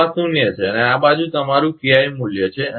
તો આ શૂન્ય છે અને આ બાજુ તમારું KI મૂલ્ય છે